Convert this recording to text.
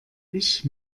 ich